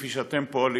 כפי שאתם פועלים,